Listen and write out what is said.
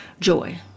joy